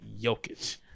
Jokic